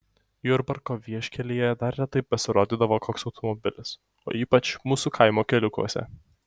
jurbarko vieškelyje dar retai pasirodydavo koks automobilis o ypač mūsų kaimo keliukuose